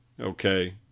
okay